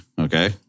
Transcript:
okay